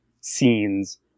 scenes